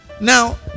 Now